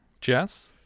Jess